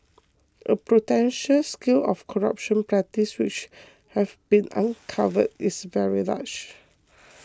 the potential scale of corrupt practices which have been uncovered is very large